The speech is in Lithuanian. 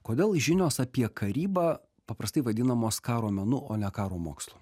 kodėl žinios apie karybą paprastai vadinamos karo menu o ne karo mokslu